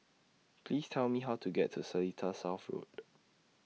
Please Tell Me How to get to Seletar South Road